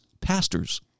pastors